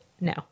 no